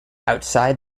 outside